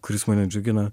kuris mane džiugina